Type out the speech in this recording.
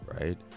right